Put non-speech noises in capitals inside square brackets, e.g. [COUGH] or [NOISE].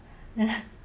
[LAUGHS]